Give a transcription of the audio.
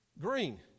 Green